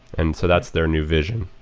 and so that's their new vision.